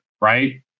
Right